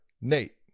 Nate